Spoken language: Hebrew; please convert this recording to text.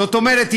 זאת אומרת,